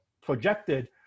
projected